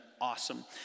awesome